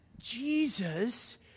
Jesus